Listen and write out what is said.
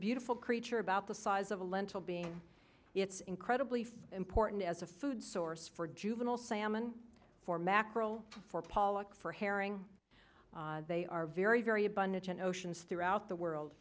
beautiful creature about the size of a lentil being it's incredibly important as a food source for juvenile salmon for mackerel for pollock for herring they are very very abundant in oceans throughout the world